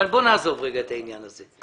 אבל בוא נעזוב רגע את העניין הזה.